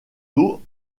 dos